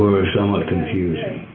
were somewhat confusing.